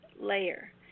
layer